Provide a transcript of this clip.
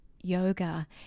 yoga